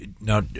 Now